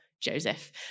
Joseph